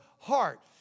heart